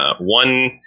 one